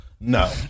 No